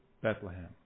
Bethlehem